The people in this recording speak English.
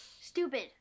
stupid